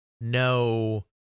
no